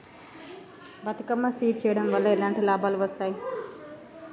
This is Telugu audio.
బతుకమ్మ సీడ్ వెయ్యడం వల్ల ఎలాంటి లాభాలు వస్తాయి?